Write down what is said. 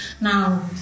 Now